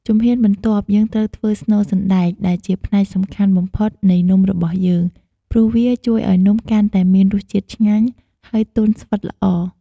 ជំហានបន្ទាប់ យើងត្រូវធ្វើស្នូលសណ្ដែក ដែលជាផ្នែកសំខាន់បំផុតនៃនំរបស់យើង ព្រោះវាជួយឱ្យនំកាន់តែមានរសជាតិឆ្ងាញ់ ហើយទន់ស្អិតល្អ។